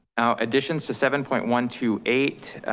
now additions to seven point one two eight,